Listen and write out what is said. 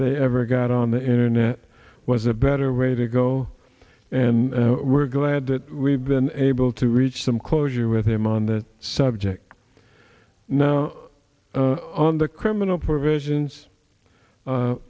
they ever got on the internet was a better way to go and we're glad that we've been able to reach some closure with him on that subject now on the criminal provisions